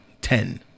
ten